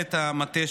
מנהלת המטה,